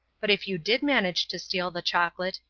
but if you did manage to steal the chocolate,